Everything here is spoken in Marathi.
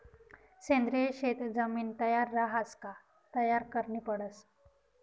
सेंद्रिय शेत जमीन तयार रहास का तयार करनी पडस